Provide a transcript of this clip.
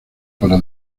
para